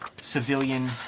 civilian